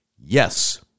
Yes